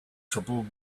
trouble